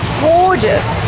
gorgeous